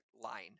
line